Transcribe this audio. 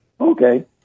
Okay